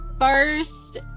first